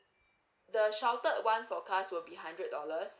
the sheltered one for cars will be hundred dollars